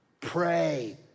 Pray